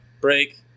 Break